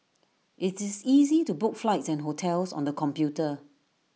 IT is easy to book flights and hotels on the computer